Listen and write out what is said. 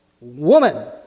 woman